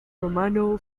romano